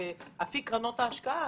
באפיק קרנות ההשקעה,